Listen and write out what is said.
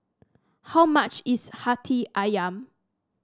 how much is hati ayam